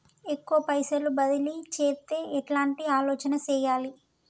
ఎక్కువ పైసలు బదిలీ చేత్తే ఎట్లాంటి ఆలోచన సేయాలి?